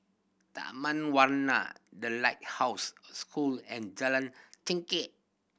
Taman Warna The Lighthouse School and Jalan Chengkek